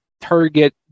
Target